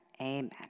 amen